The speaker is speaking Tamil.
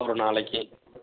ஒரு நாளைக்கு